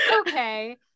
Okay